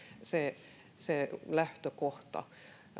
lähtökohta